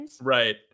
Right